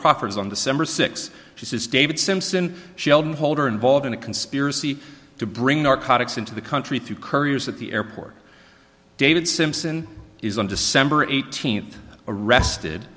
proffers on the summer six she says david simpson sheldon holder involved in a conspiracy to bring narcotics into the country through couriers at the airport david simpson is on december eighteenth arrested